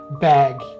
bag